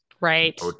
Right